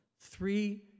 three